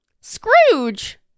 Scrooge